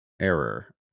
error